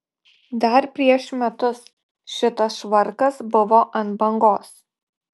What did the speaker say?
dar prieš metus šitas švarkas buvo ant bangos